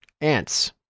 ants